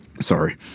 Sorry